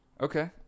Okay